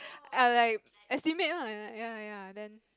ya like estimate lah ya ya then